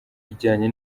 ijyanye